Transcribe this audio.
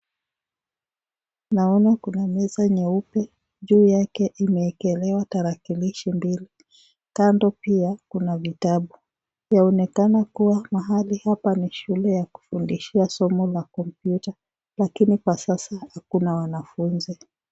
Naona kuna meza nyeupe, juu yake imewekelewa tarakilishi mbili, kando pia kuna vitabu. Yaonekana kuwa mahali hapa ni shule ya kufundishia somo la kompyuta, lakini kwa sasa hakuna wanafunzi.